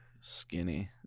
skinny